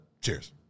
cheers